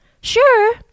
Sure